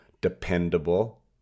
dependable